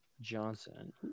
Johnson